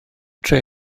trên